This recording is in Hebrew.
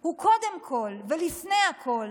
היא קודם כול ולפני הכול